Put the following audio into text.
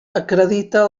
acredita